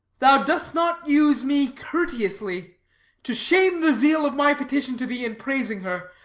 thou dost not use me courteously to shame the zeal of my petition to the in praising her.